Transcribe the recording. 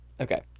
Okay